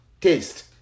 Taste